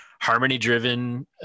harmony-driven